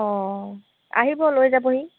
অঁ আহিব লৈ যাবহি